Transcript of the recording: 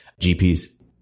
GPs